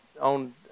on